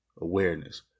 awareness